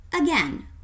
Again